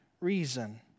reason